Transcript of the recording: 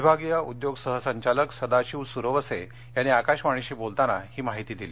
विभागीय उद्योग सहसंचालक सदाशिव सुरवसे यांनी आकाशवाणीशी बोलताना ही माहिती दिली